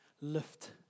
lift